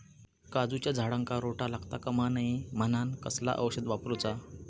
काजूच्या झाडांका रोटो लागता कमा नये म्हनान कसला औषध वापरूचा?